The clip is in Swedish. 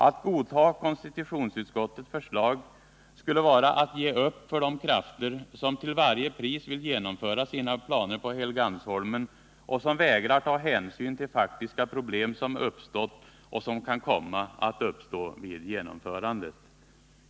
Att godta konstitutionsutskottets förslag skulle vara att ge upp för de krafter som till varje pris vill genomföra sina planer på Helgeandsholmen och som vägrar ta hänsyn till faktiska problem som uppstått och kan komma att uppstå vid genomförandet.